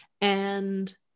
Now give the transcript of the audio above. And-